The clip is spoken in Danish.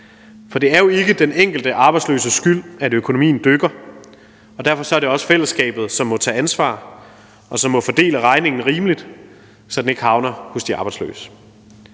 For det er jo ikke den enkelte arbejdsløses skyld, at økonomien dykker, og derfor er det også fællesskabet, som må tage ansvar, og som må fordele regningen rimeligt, så den ikke havner hos de arbejdsløse.